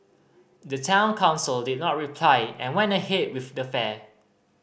the Town Council did not reply and went ahead with the fair